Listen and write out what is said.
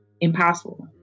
impossible